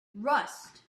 rust